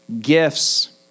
gifts